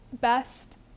best